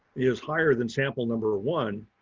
is higher than sample number one,